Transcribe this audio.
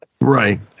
Right